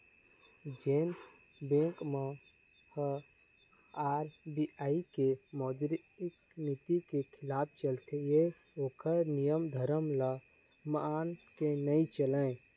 जेन बेंक मन ह आर.बी.आई के मौद्रिक नीति के खिलाफ चलथे या ओखर नियम धरम ल मान के नइ चलय